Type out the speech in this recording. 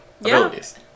abilities